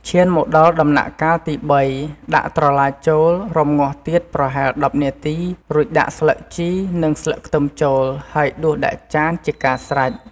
ឈានមកដល់ដំំណាក់កាលទី៣ដាក់ត្រឡាចចូល រម្ងាស់ទៀតប្រហែល ១០នាទី រួចដាក់ដាក់ស្លឹកជី និងស្លឹកខ្ទឹមចូល ហើយដួសដាក់ចានជាការស្រេច។